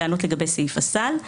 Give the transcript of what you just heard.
לענות לגבי סעיף הסל: